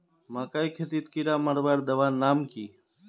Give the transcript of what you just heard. मकई खेतीत कीड़ा मारवार दवा नाम की?